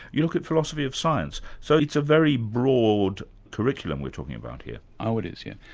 you look at philosophy of science. so it's a very broad curriculum we're talking about here. oh, it is, yes.